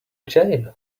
jail